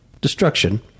Destruction